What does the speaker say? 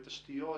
בתשתיות,